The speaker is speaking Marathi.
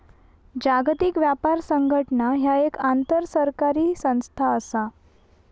जागतिक व्यापार संघटना ह्या एक आंतरसरकारी संस्था असा